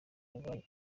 yabaye